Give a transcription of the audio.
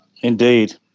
Indeed